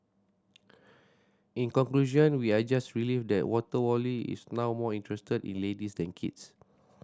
in conclusion we are just relieved that Water Wally is now more interested in ladies than kids